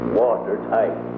watertight